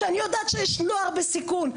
כשאני יודעת שיש נוער בסיכון,